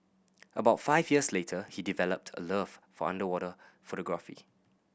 about five years later he developed a love for underwater photography